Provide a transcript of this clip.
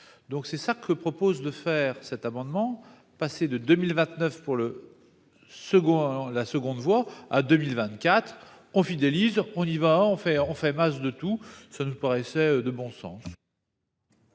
donc c'est ça que propose de faire cet amendement, passer de 2029 pour le. Second la seconde voie à 2024. On fidélise, on y va, on fait on fait masse de tout ça nous paraissait de bon sens.